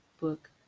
Book